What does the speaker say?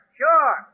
sure